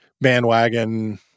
bandwagon